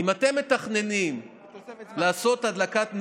אם אתם מתכננים לעשות הדלקת נרות,